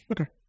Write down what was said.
okay